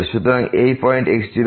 সুতরাং এই point x0 এখানে